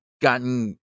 gotten